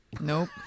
nope